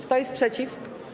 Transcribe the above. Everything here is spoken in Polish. Kto jest przeciw?